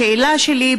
השאלה שלי,